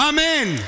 Amen